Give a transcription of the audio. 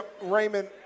Raymond